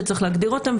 שצריך להגדיר אותם,